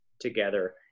together